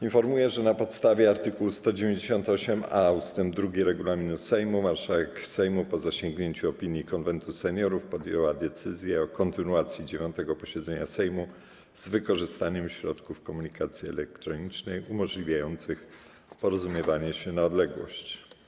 Informuję, że na podstawie art. 198a ust. 2 regulaminu Sejmu marszałek Sejmu, po zasięgnięciu opinii Konwentu Seniorów, podjęła decyzję o kontynuacji 9. posiedzenia Sejmu z wykorzystaniem środków komunikacji elektronicznej umożliwiających porozumiewanie się na odległość.